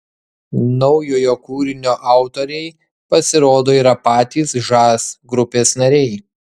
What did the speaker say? naujojo kūrinio autoriai pasirodo yra patys žas grupės nariai